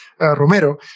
Romero